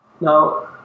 Now